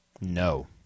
No